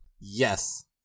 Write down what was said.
Yes